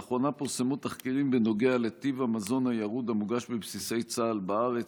לאחרונה פורסמו תחקירים בנוגע לטיב המזון הירוד המוגש בבסיסי צה"ל בארץ.